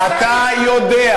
אתה יודע,